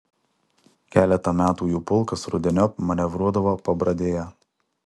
keletą metų jų pulkas rudeniop manevruodavo pabradėje